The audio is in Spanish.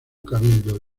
cabildo